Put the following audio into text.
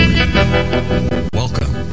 Welcome